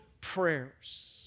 prayers